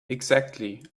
exactly